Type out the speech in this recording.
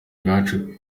ubwacu